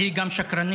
היא גם שקרנית.